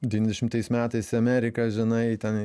devyniasdešimtais metais į ameriką žinai ten